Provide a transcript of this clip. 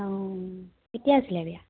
অ কেতিয়া আছিলে বিয়া